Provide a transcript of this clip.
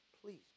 please